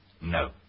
No